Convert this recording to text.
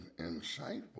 insightful